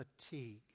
fatigue